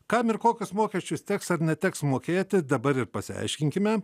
kam ir kokius mokesčius teks ar neteks mokėti dabar ir pasiaiškinkime